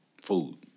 Food